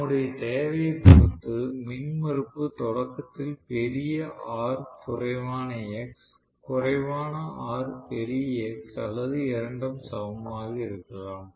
நம்முடைய தேவையை பொறுத்து மின்மறுப்பு தொடக்கத்தில் பெரிய R குறைவான X குறைவான R பெரிய X அல்லது இரண்டும் சமமாக இருக்கலாம்